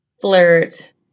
flirt